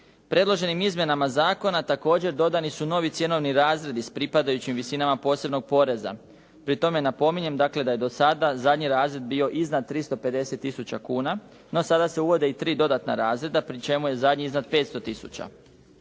Predloženim izmjenama zakona također dodani su novi cjenovni razredi s pripadajućim visinama posebnog poreza. Pri tome napominjem dakle da je do sada zadnji razred bio iznad 350 tisuća kuna, no sada se uvode i tri dodatna razreda, pri čemu je zadnji iznad 500 tisuća.